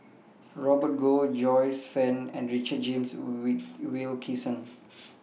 Robert Goh Joyce fan and Richard James We We Wilkinson